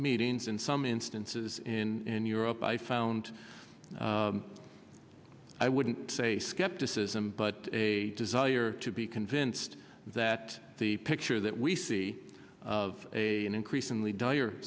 meetings in some instances in europe i found i wouldn't say skepticism but a desire to be convinced that the picture that we see of a and increasingly dire